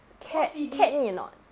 CAD CAD need or not